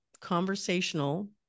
conversational